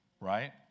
right